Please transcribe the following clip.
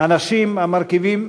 אנשים המרכיבים